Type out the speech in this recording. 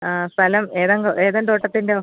ആ സ്ഥലം ഏദൻക ഏദൻ തോട്ടത്തിൻ്റെ